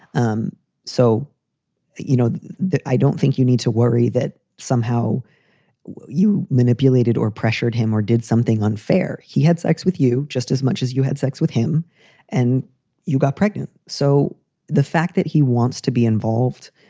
um so you know that i don't think you need to worry that somehow you manipulated or pressured him or did something unfair. he had sex with you just as much as you had sex with him and you got pregnant. so the fact that he wants to be involved